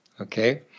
okay